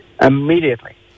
immediately